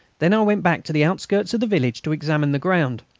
then i went back to the outskirts of the village to examine the ground.